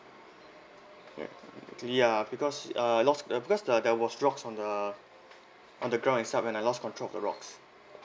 right ya because uh I lost uh because the there was rocks on the on the ground itself and I lost control of the rocks